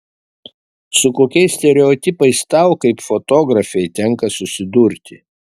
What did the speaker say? su kokiais stereotipais tau kaip fotografei tenka susidurti